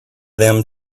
them